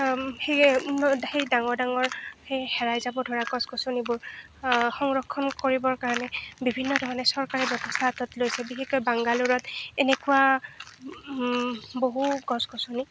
সেই সেই ডাঙৰ ডাঙৰ সেই হেৰাই যাব ধৰা গছ গছনিবোৰ সংৰক্ষণ কৰিবৰ কাৰণে বিভিন্ন ধৰণে চৰকাৰে ব্যৱস্থা হাতত লৈছে বিশেষকৈ বাংগালুৰত এনেকুৱা বহু গছ গছনি